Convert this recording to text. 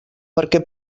perquè